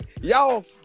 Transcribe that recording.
y'all